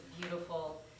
beautiful